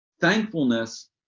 Thankfulness